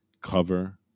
cover